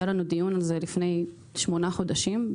והיה לנו דיון על זה לפני שמונה חודשים.